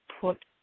put